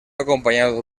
acompañado